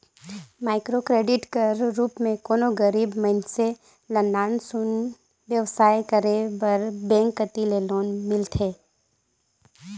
micro credit कर रूप में कोनो गरीब मइनसे ल नान सुन बेवसाय करे बर बेंक कती ले लोन मिलथे